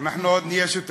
אעוד' באללה.